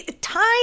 Time